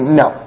no